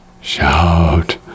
Shout